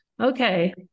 okay